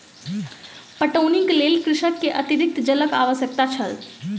पटौनीक लेल कृषक के अतरिक्त जलक आवश्यकता छल